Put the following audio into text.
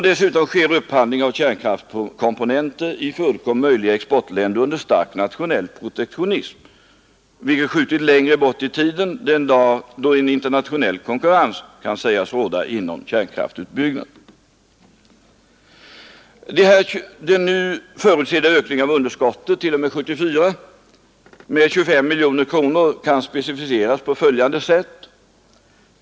Dessutom sker upphandling av kärnkraftkomponenter i för Uddcomb möjliga exportländer under stark nationell protektionism, vilket skjutit längre bort i tiden den dag, då en internationell konkurrens kan sägas råda inom kärnkraftutbyggnaden. Den nu förutsedda ökningen av underskottet t.o.m. 1974 med 25 miljoner kronor kan specificeras på följande sätt.